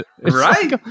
right